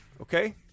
Okay